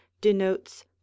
denotes